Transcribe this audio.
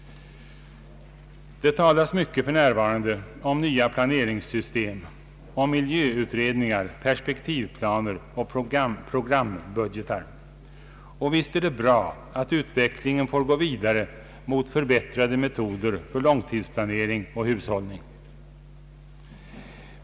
Det talas mycket för närvarande om nya planeringssystem, om miljöutredningar, perspektivplaner och programbudgeter. Och visst är det bra att utvecklingen får gå vidare mot förbättrade metoder för långtidsplanering och god hushållning.